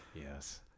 Yes